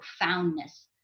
profoundness